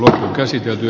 herra puhemies